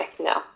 no